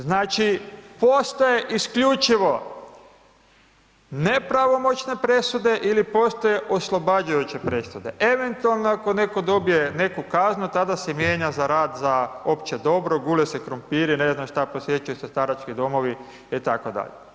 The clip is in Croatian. Znači, postoje isključivo nepravomoćne presude ili postoje oslobađajuće presude, eventualno ako netko dobije neku kaznu, tada se mijenja za rad za opće dobro, gule se krumpiri, ne znam, šta, posjećuju se starački domovi itd.